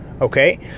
okay